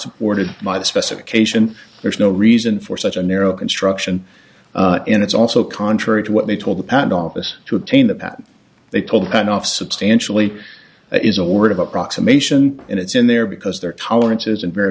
supported by the specification there's no reason for such a narrow construction in it's also contrary to what they told the patent office to obtain that that they told that off substantially it is a word of approximation and it's in there because their tolerance isn't v